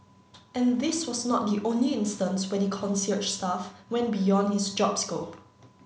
and this was not the only instance where the concierge staff went beyond his job scope